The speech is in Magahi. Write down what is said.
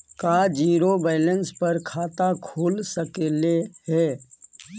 का जिरो बैलेंस पर खाता खुल सकले हे?